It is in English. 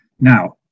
Now